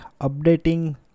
updating